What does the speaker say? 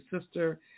Sister